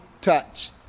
touch